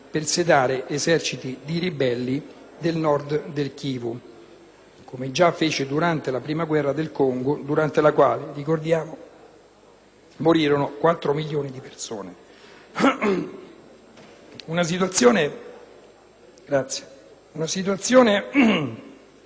morirono quattro milioni di persone. In una situazione di tale precarietà, la sottoscrizione della Convenzione di Ginevra rappresenta una tutela necessaria della popolazione africana.